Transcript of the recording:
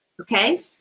Okay